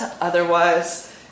Otherwise